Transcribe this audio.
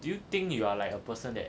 do you think you are like a person that